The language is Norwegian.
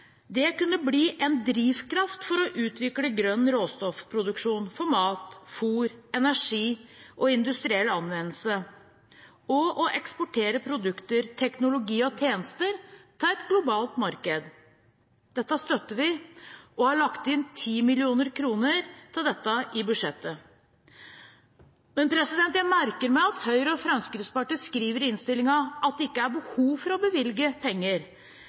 kunne bli en drivkraft for å utvikle grønn råstoffproduksjon for mat, fôr, energi og industriell anvendelse, og å eksportere produkter, teknologi og tjenester til et globalt marked. Dette støtter vi, og vi har lagt inn 10 mill. kr til dette i budsjettet. Jeg merker meg at Høyre og Fremskrittspartiet skriver i innstillingen at det ikke er behov for å bevilge penger